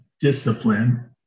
discipline